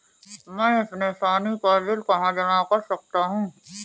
मैं अपने पानी का बिल कहाँ जमा कर सकता हूँ?